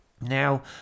Now